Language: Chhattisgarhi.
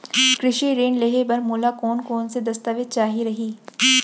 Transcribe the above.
कृषि ऋण लेहे बर मोला कोन कोन स दस्तावेज चाही रही?